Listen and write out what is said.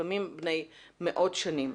לפעמים בני מאות שנים.